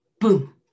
Boom